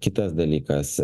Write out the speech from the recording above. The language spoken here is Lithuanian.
kitas dalykas